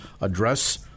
address